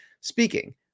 speaking